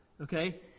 okay